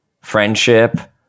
friendship